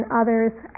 others